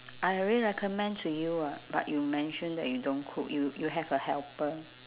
I already recommend to you ah but you mention that you don't cook you you have a helper